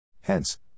Hence